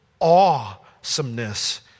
awesomeness